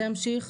זה ימשיך.